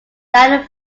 than